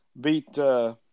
beat –